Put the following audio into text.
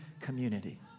community